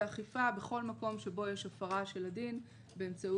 ואכיפה בכל מקום שבו יש הפרה של הדין באמצעות